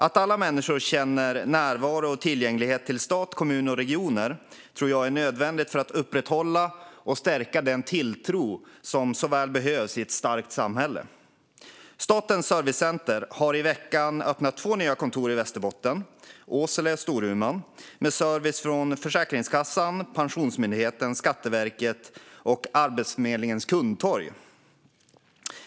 Att alla människor känner närvaro av och tillgänglighet till stat, kommun och regioner tror jag är nödvändigt för att upprätthålla och stärka den tilltro som så väl behövs i ett starkt samhälle. Statens servicecenter har i veckan öppnat två nya kontor i Västerbotten, i Åsele och Storuman, med service från Försäkringskassan, Pensionsmyndigheten, Skatteverket och Arbetsförmedlingens kundtorg.